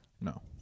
No